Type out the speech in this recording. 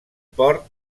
port